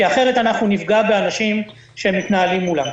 כי אחרת אנחנו נפגע באנשים שהם שמתנהלים מולם.